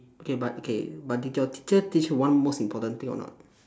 okay but okay but did your teacher teach one most important thing or not